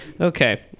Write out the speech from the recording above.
okay